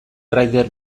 raider